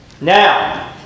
Now